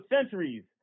centuries